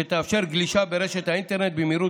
שתאפשר גלישה ברשת האינטרנט במהירות